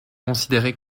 considéré